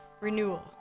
Renewal